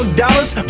dollars